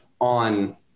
on